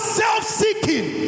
self-seeking